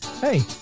Hey